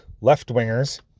left-wingers